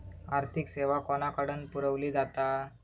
आर्थिक सेवा कोणाकडन पुरविली जाता?